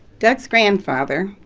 doug's grandfather,